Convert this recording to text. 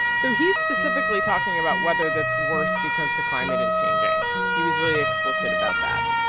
so he's specifically talking about weather that's worse because the climate is changing. he was really explicit about that